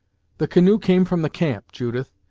the canoe came from the camp, judith,